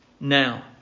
now